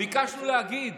ביקשנו להגיד,